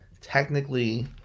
technically